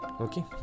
Okay